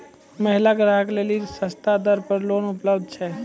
महिला ग्राहक लेली सस्ता दर पर लोन उपलब्ध छै?